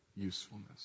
usefulness